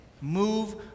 move